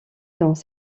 dans